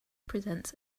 presents